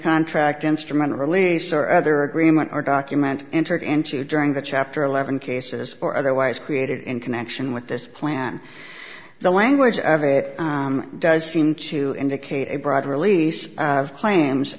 contract instrument or lease or other agreement or document entered into during the chapter eleven cases or otherwise created in connection with this plan the language of it does seem to indicate a broad release of cla